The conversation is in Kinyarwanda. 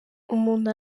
umuntu